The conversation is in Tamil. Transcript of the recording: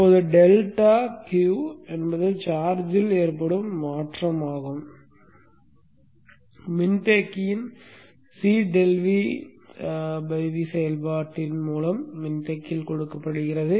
இப்போது டெல்டா Q என்பது சார்ஜில் ஏற்படும் மாற்றமாகும் மின்தேக்கியின் C∆VV செயல்பாட்டின் மூலம் மின்தேக்கியில் கொடுக்கப்படுகிறது